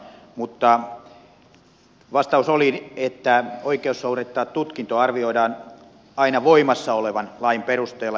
mutta vastaus oli että oikeus suorittaa tutkinto arvioidaan aina voimassa olevan lain perusteella